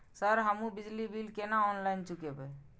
Sir हमू बिजली bill केना ऑनलाईन चुकेबे?